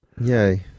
Yay